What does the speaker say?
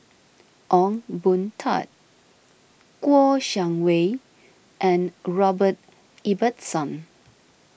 Ong Boon Tat Kouo Shang Wei and Robert Ibbetson